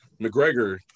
McGregor